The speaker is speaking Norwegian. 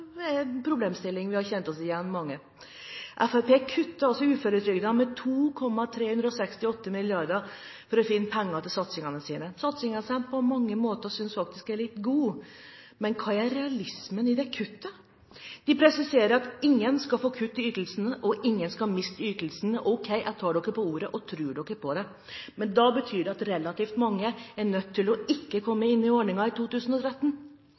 er en problemstilling mange av oss har kjent oss igjen i. Fremskrittspartiet kutter altså i uføretrygden med 2 368 mrd. kr for å finne penger til satsingene sine, satsinger som jeg på mange måter faktisk synes er gode. Men hva er realismen i dette kuttet? De presiserer at ingen skal få kutt i ytelsene, og at ingen skal miste ytelsene. Ok, jeg tar partiet på ordet og tror på dem. Men det betyr at relativt mange ikke kommer inn under ordningen i 2013.